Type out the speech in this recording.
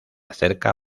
acerca